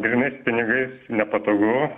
grynais pinigais nepatogu